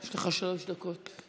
יש לך שלוש דקות.